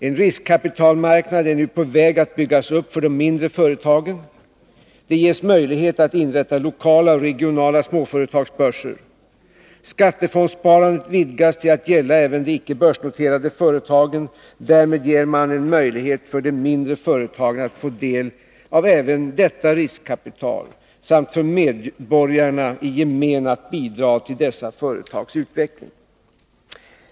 En riskkapitalmarknad är nu på väg att byggas upp för de mindre företagen. Det ges möjlighet att inrätta lokala och regionala småföretagsbörser. Skattefondssparandet vidgas till att gälla de även icke börsnoterade företagen. Därmed skapar man en möjlighet för de mindre företagen att få del av även detta riskkapital, samt för medborgarna i 137 gemen att bidra till dessa företags utveckling.